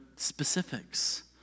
specifics